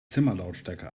zimmerlautstärke